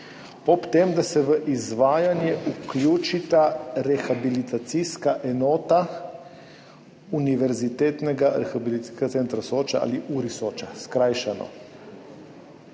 ob tem, da se v izvajanje vključita rehabilitacijska enota Univerzitetnega rehabilitacijskega centra Soča ali URI Soča, skrajšano.